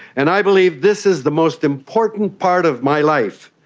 and i believe this is the most important part of my life.